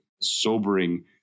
sobering